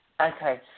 Okay